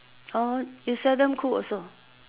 you seldom cook also